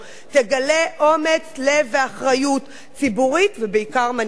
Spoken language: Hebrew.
תגלה אומץ לב ואחריות ציבורית, ובעיקר מנהיגות.